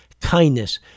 kindness